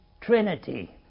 Trinity